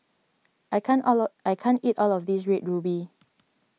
I can't all of I can't eat all of this Red Ruby